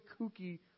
kooky